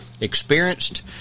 experienced